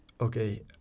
Okay